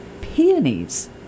peonies